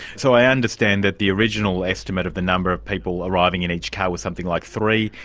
so i understand that the original estimate of the number of people arriving in each car was something like three,